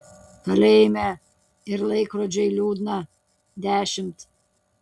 kalėjime ir laikrodžiui liūdna dešimt